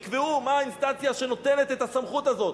יקבעו מה האינסטנציה שנותנת את הסמכות הזאת,